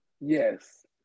Yes